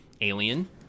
Alien